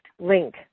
link